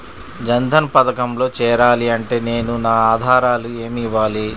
జన్ధన్ పథకంలో చేరాలి అంటే నేను నా ఆధారాలు ఏమి ఇవ్వాలి?